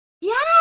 Yes